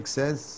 says